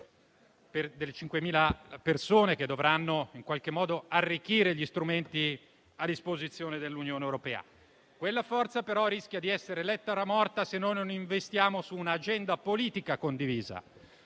delle 5.000 persone che dovranno arricchire gli strumenti a disposizione dell'Unione europea. Quella forza, però, rischia di essere lettera morta se non investiamo su un'agenda politica condivisa,